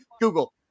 google